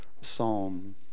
psalm